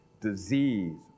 Disease